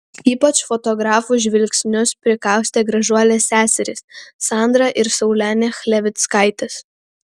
ypač fotografų žvilgsnius prikaustė gražuolės seserys sandra ir saulenė chlevickaitės